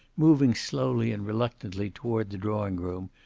moving slowly and reluctantly toward the drawing-room,